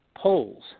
polls